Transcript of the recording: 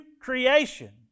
creation